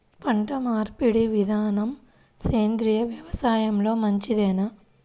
పంటమార్పిడి విధానము సేంద్రియ వ్యవసాయంలో మంచిదేనా?